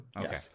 Okay